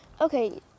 Okay